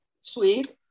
sweet